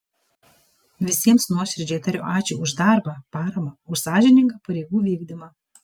visiems nuoširdžiai tariu ačiū už darbą paramą už sąžiningą pareigų vykdymą